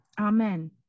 amen